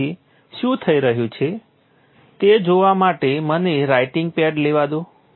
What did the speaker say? તેથી શું થઈ રહ્યું છે તે જોવા માટે મને રાઇટિંગ પેડ લેવા દો